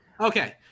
Okay